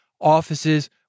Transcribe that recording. Offices